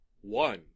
One